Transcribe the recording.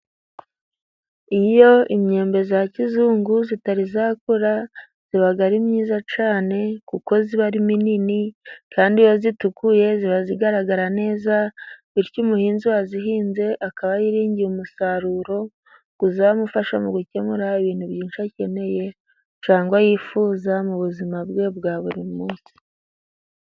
Iyo iMyembe ya kizungu itari yakura iba ari myiza cyane, kuko iba ari minini kandi iyo itukuye, iba igaragara neza, bityo umuhinzi wayihinze akaba yiringiye umusaruro uzamufasha mu gukemura ibintu byinshi akeneye cyangwa yifuza mu buzima bwe bwa buri munsi.